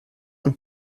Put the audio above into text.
und